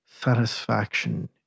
satisfaction